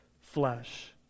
flesh